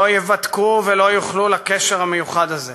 לא יבתקו ולא יוכלו לקשר המיוחד הזה,